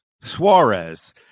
Suarez